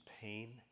pain